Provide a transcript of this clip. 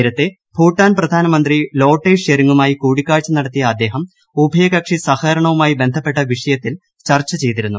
നേരത്തെ ഭൂട്ടാൻ പ്രധാനമന്ത്രി ലോട്ടയ് ഷെറിംഗുമായി കൂടിക്കാഴ്ച നടത്തിയ അദ്ദേഹം ഉഭയകക്ഷി സഹകരണവുമായി ബന്ധപ്പെട്ട വിഷയത്തിൽ ചർച്ച ചെയ്തിരുന്നു